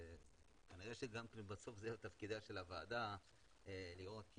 כנראה שבסוף זה יהיה תפקיד הוועדה לראות.